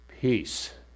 peace